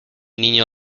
niño